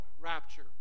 rapture